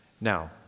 Now